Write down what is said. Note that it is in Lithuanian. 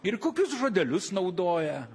ir kokius žodelius naudoja